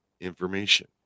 information